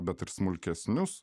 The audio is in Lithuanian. bet ir smulkesnius